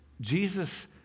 Jesus